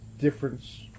difference